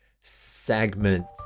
segment